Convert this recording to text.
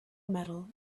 metal